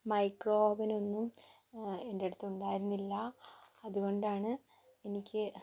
micro oven ഒന്നും എൻ്റെ അടുത്ത് ഉണ്ടായിരുന്നില്ല അതുകൊണ്ടാണ് എനിക്ക്